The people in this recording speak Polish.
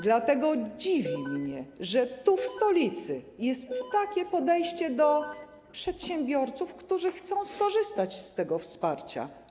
Dlatego dziwi mnie, że tu, w stolicy, jest takie podejście do przedsiębiorców, którzy chcą skorzystać z tego wsparcia.